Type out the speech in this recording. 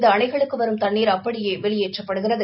இந்த அணைகளுக்கு வரும் தண்ணீர் அப்படியே வெளியேற்றப்படுகிறது